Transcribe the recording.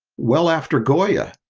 well after goya,